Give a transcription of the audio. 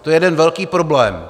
To je jeden velký problém.